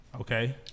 Okay